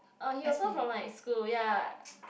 oh he also from my school ya